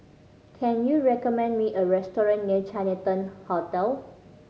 can you recommend me a restaurant near Chinatown Hotel